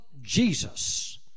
Jesus